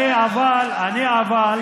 אתה באת לחסל.